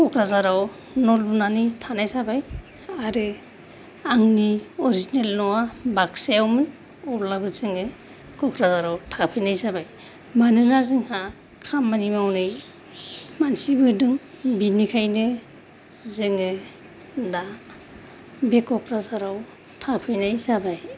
क'क्राजझाराव न' लुनानै थानाय जाबाय आरो आंनि अरजिनेल न'आ बाक्सायावमोन अब्लाबो जोङो क'क्राझाराव थाफैनाय जाबाय मानोना जोंहा खामानि मावनाय मानसिबो दों बिनिखायनो जोङो दा बे क'क्राझाराव थाफैनाय जाबाय